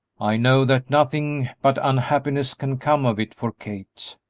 i know that nothing but unhappiness can come of it for kate,